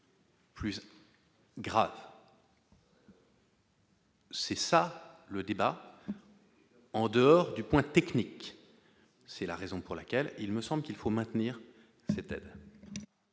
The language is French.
beaucoup. C'est ça le débat en dehors du point technique, c'est la raison pour laquelle il me semble qu'il faut maintenir têtes.